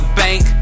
bank